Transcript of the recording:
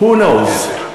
Who knows?.